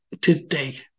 today